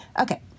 Okay